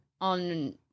on